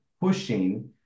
pushing